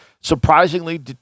Surprisingly